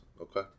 Okay